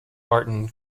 barton